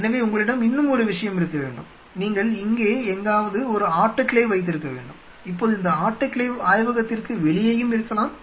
எனவே உங்களிடம் இன்னும் ஒரு விஷயம் இருக்க வேண்டும் நீங்கள் இங்கே எங்காவது ஒரு ஆட்டோகிளேவ் வைத்திருக்க வேண்டும் இப்போது இந்த ஆட்டோகிளேவ் ஆய்வகத்திற்கு வெளியேயும் இருக்கலாம்